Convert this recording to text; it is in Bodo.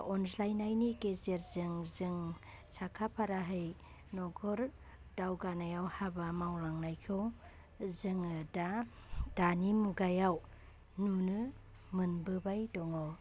अनज्लायनायनि गेजेरजों जों साखा फारायै न'खर दावगानायाव हाबा मावलांनायखौ जोङो दा दानि मुगायाव नुनो मोनबोबाय दङ